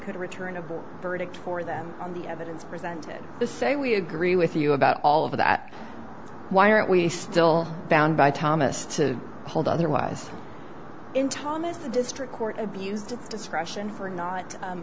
could return a verdict for them on the evidence presented to say we agree with you about all of that why aren't we still bound by thomas to hold otherwise in thomas the district court abused its discretion for not